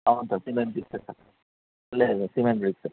అవును sir cement bricks sir లేదు లేదు సిమెంట్ బ్రిక్స్